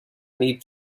need